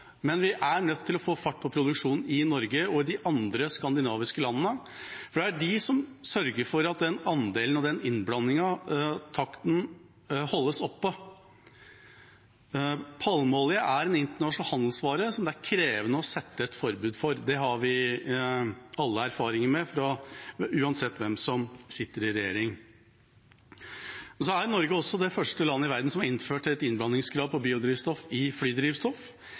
men vi er nødt til å få fart på produksjonen i Norge og i de andre skandinaviske landene, for det er de som sørger for at den andelen og den innblandingstakten holdes oppe. Palmeolje er en internasjonal handelsvare som det er krevende å sette et forbud mot, det har vi alle erfaringer med, uansett hvem som sitter i regjering. Norge er også det første landet i verden som har innført et innblandingskrav på biodrivstoff i flydrivstoff.